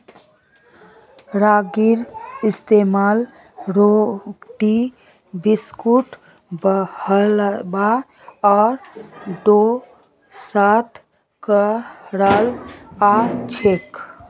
रागीर इस्तेमाल रोटी बिस्कुट हलवा आर डोसात कराल जाछेक